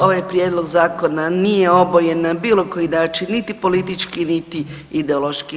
Ovaj prijedlog zakona nije obojen na bilo koji način, niti politički, niti ideološki.